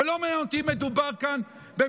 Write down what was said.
ולא מעניין אותי אם מדובר כאן במישהו,